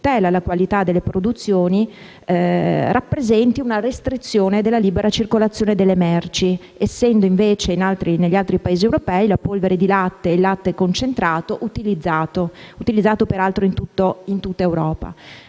la qualità delle produzioni, rappresenti una restrizione della libera circolazione delle merci, essendo invece la polvere di latte e il latte concentrato utilizzati in tutta Europa.